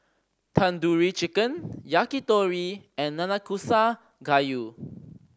Tandoori Chicken Yakitori and Nanakusa Gayu